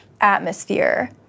atmosphere